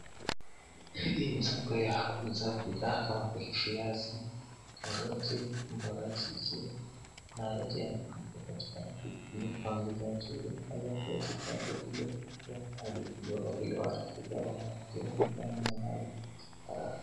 Hii ni soko ya kuuza bidhaa kama vile viazi, karoti, mbaazi na yote yameeeza kuuuza mahali hapa, tunaona pia viazi zenye nasaha.